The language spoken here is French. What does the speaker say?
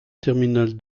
terminale